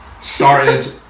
started